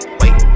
wait